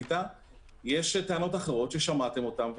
יש טענות אחרות ששמעתם אותן,